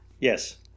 Yes